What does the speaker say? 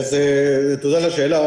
תודה על השאלה.